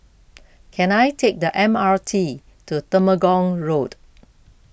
can I take the M R T to Temenggong Road